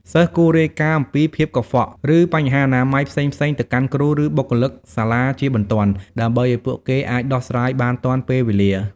សិស្សគួររាយការណ៍អំពីភាពកខ្វក់ ឬបញ្ហាអនាម័យផ្សេងៗទៅកាន់គ្រូ ឬបុគ្គលិកសាលាជាបន្ទាន់ ដើម្បីឲ្យពួកគេអាចដោះស្រាយបានទាន់ពេលវេលា។